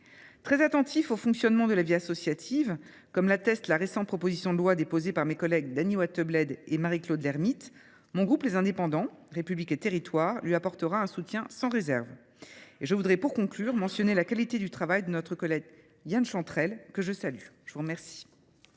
Très attentif au fonctionnement de la vie associative, comme l’atteste la récente proposition de loi déposée par mes collègues Dany Wattebled et Marie Claude Lermytte, le groupe Les Indépendants – République et Territoires lui apportera un soutien sans réserve. Pour conclure, je tiens à souligner la qualité du travail de notre collègue Yan Chantrel, que je salue. La parole